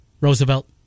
Roosevelt